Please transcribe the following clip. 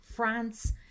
France